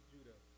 Judah